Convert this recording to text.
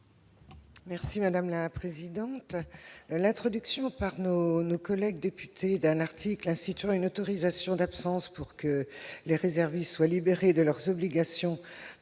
sur l'article. L'introduction par nos collègues députés d'un article instituant une autorisation d'absence pour que les réservistes soient libérés de leurs obligations